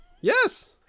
Yes